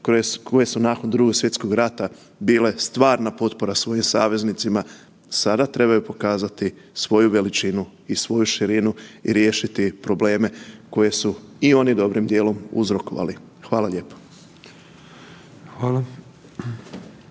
koje su nakon II. Svjetskog rata bile stvarna potpora svojim saveznicima, sada trebaju pokazati svoju veličinu i svoju širinu i riješiti probleme koje su i oni dobrim dijelom uzrokovali. Hvala lijepo.